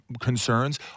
concerns